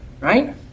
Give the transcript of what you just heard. Right